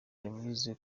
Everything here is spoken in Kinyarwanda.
yavuze